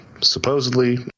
supposedly